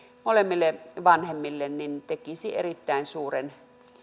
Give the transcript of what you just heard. molemmille vanhemmille tekisi erittäin suuren